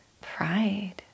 pride